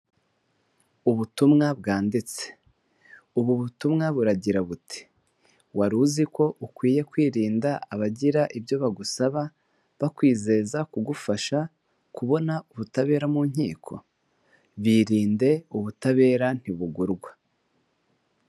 Ubutumwa bwanditse, ubu butumwa buragira buti wari uziko ukwiye kwirinda abagira ibyo bagusaba bakwizeza kugufasha kubona ubutabera mu nkiko birinde ubutabera ntibugurwa.